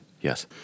Yes